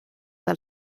del